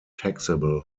taxable